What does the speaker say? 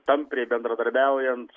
tampriai bendradarbiaujant